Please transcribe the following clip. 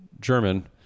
German